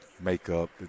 makeup